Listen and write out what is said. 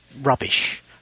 rubbish